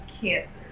cancer